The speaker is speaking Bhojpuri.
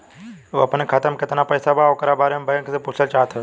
उ अपने खाते में कितना पैसा बा ओकरा बारे में बैंक वालें से पुछल चाहत हवे?